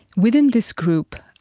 within this group,